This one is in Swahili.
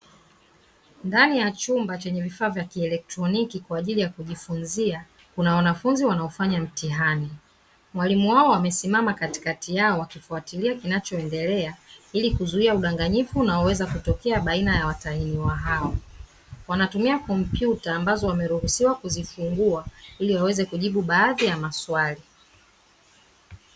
Ndani ya chumba chenye vifaa vya kielektroniki kwa ajili ya kujifunzia kuna wanafunzi wanaofanya mtihani mwalimu wao amesimama katikati yao akifuatilia kinachoendelea, ili kuzuia udanganyifu na waweza kutokea baina ya watahiniwa hawa wanatumia kompyuta ambazo wameruhusiwa kuzifungua ili waweze kujibu baadhi ya maswali.